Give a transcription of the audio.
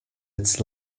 its